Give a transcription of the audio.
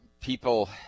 People